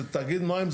זה תאגיד מים,